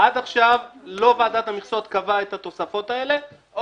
עד עכשיו לא ועדת המכסות קבעה את התוספות האלה,